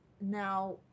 Now